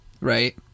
right